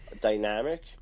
dynamic